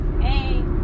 Hey